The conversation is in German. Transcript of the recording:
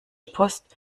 post